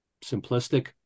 simplistic